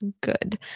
good